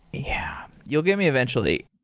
yeah. you'll get me eventually.